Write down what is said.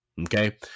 Okay